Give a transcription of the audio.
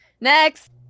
next